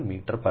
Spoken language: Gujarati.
11 મીટર પર